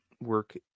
work